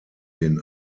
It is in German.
den